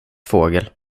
fågel